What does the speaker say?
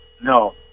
No